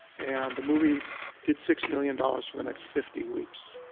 and the movie did six million dollars for the next fifty weeks,